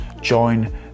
join